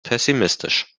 pessimistisch